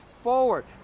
forward